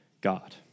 God